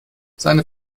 seine